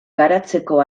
garatzeko